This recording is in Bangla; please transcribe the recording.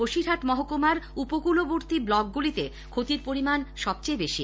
বসিরহাট মহকুমার উপকূলবর্তী ব্লকগুলিতে ক্ষতির পরিমাণ সবচেয়ে বেশি